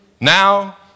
now